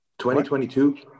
2022